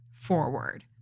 forward